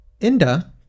Inda